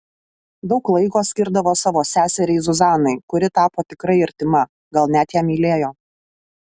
daug laiko skirdavo savo seseriai zuzanai kuri tapo tikrai artima gal net ją mylėjo